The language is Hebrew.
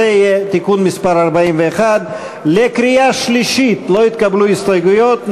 וזה יהיה תיקון מס' 41. לקריאה שלישית לא התקבלו הסתייגויות,